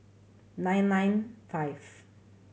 nine nine five